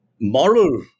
moral